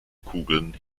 kugeln